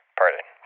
pardon